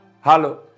Hello